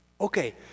Okay